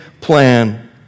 plan